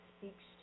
speaks